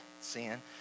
sin